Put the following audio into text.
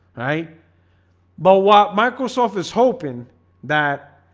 right but what microsoft is hoping that?